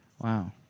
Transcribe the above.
Wow